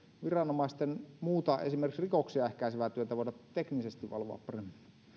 viranomaisten muussa esimerkiksi rikoksia ehkäisevässä työssä voida teknisesti valvoa paremmin